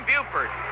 Buford